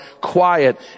quiet